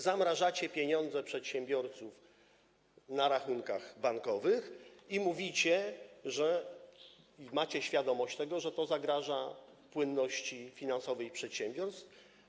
Zamrażacie pieniądze przedsiębiorców na rachunkach bankowych i mówicie, że macie świadomość tego, iż to zagraża płynności finansowej przedsiębiorstw.